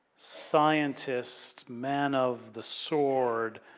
scientist, man of the sword,